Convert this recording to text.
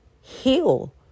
heal